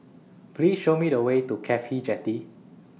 Please Show Me The Way to Cafhi Jetty